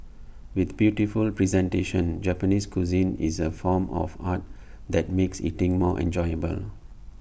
with beautiful presentation Japanese cuisine is A form of art that make eating more enjoyable